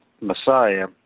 Messiah